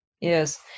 Yes